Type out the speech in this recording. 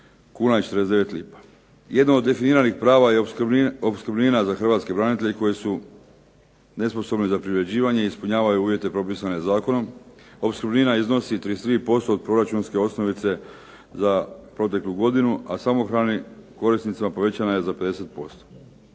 kuna i 49 lipa. Jedno od definiranih prava je opskrbnina za hrvatske branitelje koji su nesposobni za privređivanje i ispunjavaju uvjete propisane zakonom. Opskrbnina iznosi 33% od proračunske osnovice za proteklu godinu, a samohranim korisnicima povećana je za 50%.